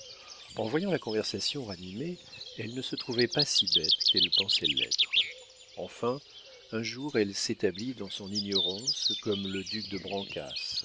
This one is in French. en voyant la conversation ranimée elle ne se trouvait pas si bête qu'elle pensait l'être enfin un jour elle s'établit dans son ignorance comme le duc de brancas